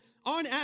on